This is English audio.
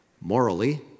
morally